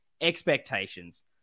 expectations